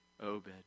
Obed